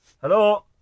Hello